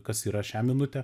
kas yra šią minutę